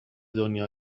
دنیا